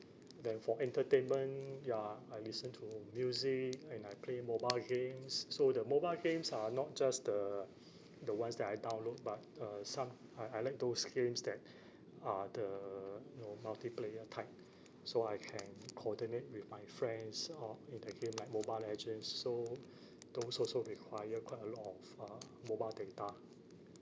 then for entertainment ya I listen to music and I play mobile games so the mobile games are not just the the ones that I download but uh some I I like those games that uh the you know multiplayer type so I can coordinate with my friends all in the game like mobile legends so those also require quite a lot of uh mobile data